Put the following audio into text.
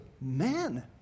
men